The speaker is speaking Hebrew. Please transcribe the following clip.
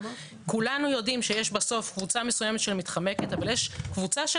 כולנו יודעים שיש בסוף קבוצה מסוימת שמתחמקת אבל יש קבוצה של